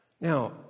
Now